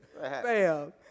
Bam